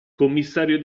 commissario